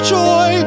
joy